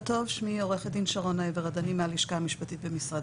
טוב, עו"ד שרונה עבר הדני, מהלשכה המשפטית במשרד